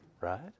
right